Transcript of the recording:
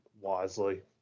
wisely